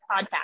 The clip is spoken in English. Podcast